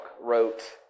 wrote